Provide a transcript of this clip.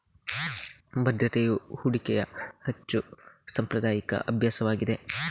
ಭದ್ರತೆಯು ಹೂಡಿಕೆಯ ಹೆಚ್ಚು ಸಾಂಪ್ರದಾಯಿಕ ಅಭ್ಯಾಸವಾಗಿದೆ